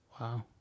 Wow